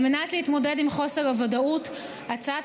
על מנת להתמודד עם חוסר הוודאות הצעת